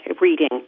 reading